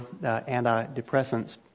antidepressants